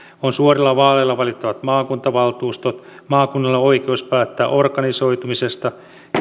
on suorilla vaaleilla valittavat maakuntavaltuustot maakunnilla on oikeus päättää organisoitumisesta